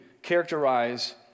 characterize